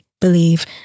believe